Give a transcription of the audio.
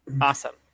awesome